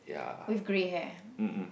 with grey hair